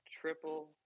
triple